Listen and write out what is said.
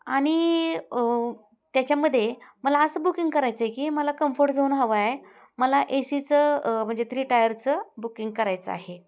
आणि त्याच्यामध्ये मला असं बुकिंग करायचं आहे की मला कम्फर्ट झोन हवा आहे मला ए सीचं म्हणजे थ्री टायरचं बुकिंग करायचं आहे